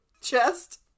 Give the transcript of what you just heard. chest